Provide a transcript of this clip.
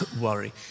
worry